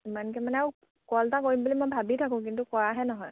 ইমানকে মানে আৰু কল এটা কৰিম বুলি মই ভাবি থাকোঁ কিন্তু কৰাহে নহয়